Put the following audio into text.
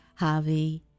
javi